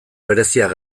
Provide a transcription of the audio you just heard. bereziak